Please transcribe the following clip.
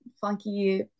funky